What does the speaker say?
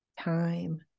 time